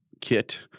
kit